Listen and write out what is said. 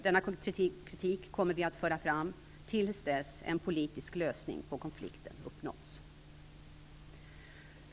Denna kritik kommer vi att föra fram till dess att en politisk lösning på konflikten uppnåtts.